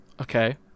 Okay